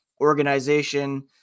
organization